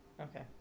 Okay